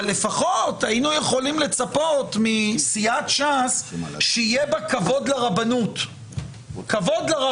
לפחות היינו יכולים לצפות מסיעת ש"ס שיהיה בה כבוד לרבנות הממלכתית.